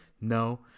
No